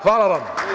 Hvala vam.